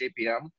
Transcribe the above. JPM